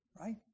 right